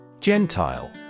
Gentile